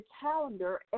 calendar